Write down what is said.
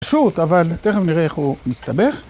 פשוט, אבל תכף נראה איך הוא מסתבך.